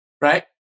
right